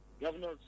Governors